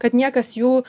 kad niekas jų